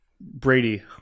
brady